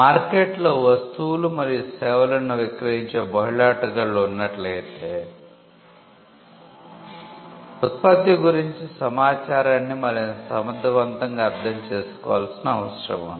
మార్కెట్లో వస్తువులు మరియు సేవలను విక్రయించే బహుళ ఆటగాళ్ళు ఉన్నట్లయితే ఉత్పత్తి గురించి సమాచారాన్ని మరింత సమర్థవంతంగా అర్థం చేసుకోవలసిన అవసరం ఉంది